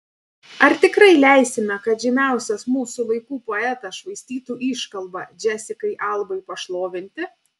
ar tikrai leisime kad žymiausias mūsų laikų poetas švaistytų iškalbą džesikai albai pašlovinti